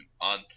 on